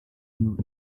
you